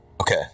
Okay